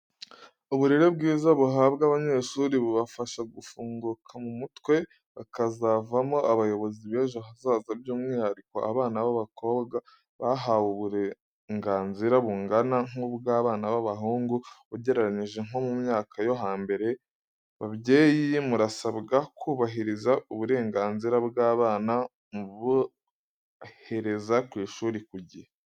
Uburere bwiza buhabwa abanyeshuri bubafasha gufunguka mu mutwe bakazavamo abayobozi bejo hazaza, by'umwihariko abana b'abakobwa bahawe uburenganzira bungana nk'ubw'abana b'abahungu ugereranyije nko mu myaka yo hambere. Babyeyi murasabwa kubahiriza uburenganzira bw'abana mubohereza ku ishuri ku gihe.